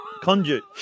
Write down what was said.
Conduit